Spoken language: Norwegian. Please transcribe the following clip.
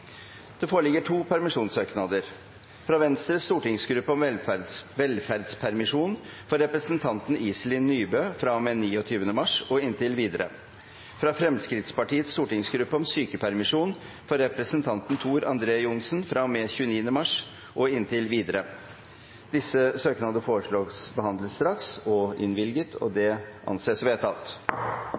Det foreligger to permisjonssøknader: fra Venstres stortingsgruppe om velferdspermisjon for representanten Iselin Nybø fra og med 29. mars og inntil videre fra Fremskrittspartiets stortingsgruppe om sykepermisjon for representanten Tor André Johnsen fra og med 29. mars og inntil videre Etter forslag fra presidenten ble enstemmig besluttet: Søknadene behandles straks og